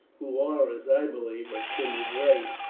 who are, as i believe, of kindred race,